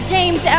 James